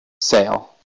sale